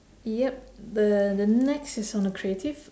yup the the next is on a creative